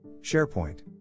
sharepoint